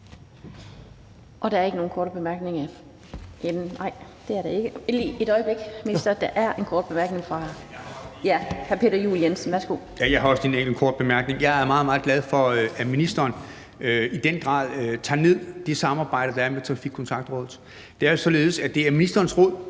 meget, meget glad for, at ministeren i den grad tager det samarbejde, der er med Trafikkontaktrådet, ned. Det er jo således,